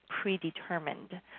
predetermined